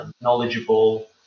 knowledgeable